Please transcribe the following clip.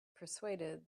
persuaded